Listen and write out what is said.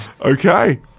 Okay